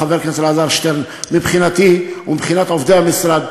חבר הכנסת אלעזר שטרן: מבחינתי ומבחינת עובדי המשרד,